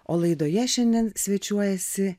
o laidoje šiandien svečiuojasi